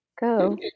Go